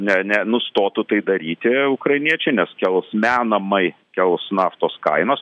ne ne nustotų tai daryti ukrainiečiai nes kels menamai kels naftos kainas